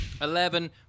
Eleven